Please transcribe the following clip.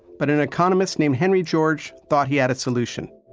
but an economist named henry george thought he had a solution.